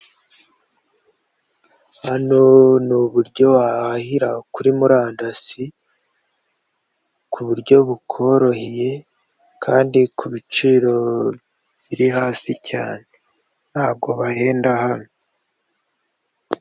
Hano ni uburyo wahahira kuri murandasi ku buryo bukoroheye, kandi ku biciro biri hasi cyane. Ntabwo bahenda hano.